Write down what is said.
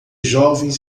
jovens